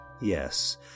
Yes